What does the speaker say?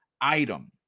item